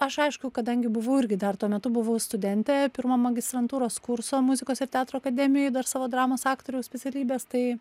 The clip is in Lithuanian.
aš aišku kadangi buvau irgi dar tuo metu buvau studentė pirmo magistrantūros kurso muzikos ir teatro akademijoj dar savo dramos aktoriaus specialybės tai